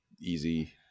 easy